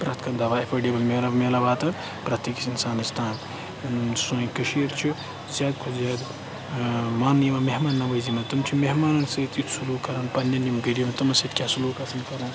پرٛتھ کانٛہہ دوا ایٚفٲرڑ یوان میلان واتان پرٛتھ أکِس اِنسانَس تانۍ سٲنۍ کٔشیٖر چھِ زیادٕ کھۄتہٕ زیادٕ ماننہٕ یِوان مہمان نَوٲزی منٛز تِم چھِ مہمانَن سۭتۍ یُتھ سلوٗک کَران پَنٕنٮ۪ن یِم غریٖبَن تِمَن سۭتۍ کیٛاہ سلوٗک آسان کَران